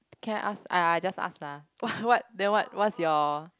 can I ask !aiya! I just ask lah what what then what's your